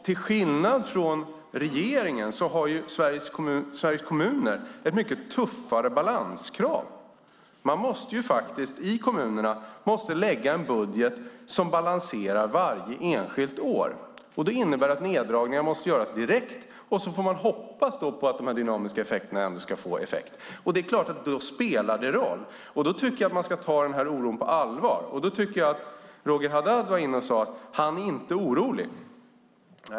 Till skillnad från regeringen har Sveriges kommuner ett mycket tuffare balanskrav. I kommunerna måsta man lägga fram en budget i balans varje enskilt år. Det innebär att neddragningar måste göras direkt, och sedan får man hoppas på att de dynamiska effekterna ska leda till något. Jag tycker att man ska ta oron på allvar. Roger Haddad sade att han inte var orolig.